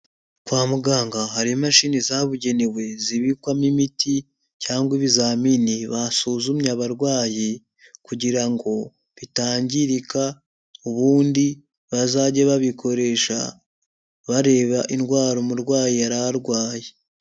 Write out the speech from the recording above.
Kwa muganga hari imashini zabugenewe, zibikwamo imiti cyangwa ibizamini basuzumye abarwayi, kugira ngo bitangirika, ubundi bazajye babikoresha, bareba indwara umurwayi yari arwaye.